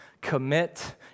commit